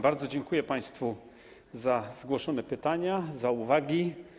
Bardzo dziękuję państwu za zgłoszone pytania, za uwagi.